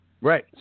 right